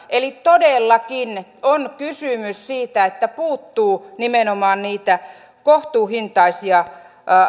eli todellakin on kysymys siitä että puuttuu nimenomaan niitä kohtuuhintaisia